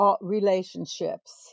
relationships